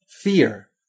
fear